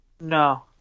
No